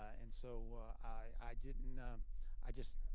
and so i didn't, i just.